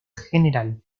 general